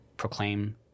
proclaim